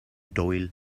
doyle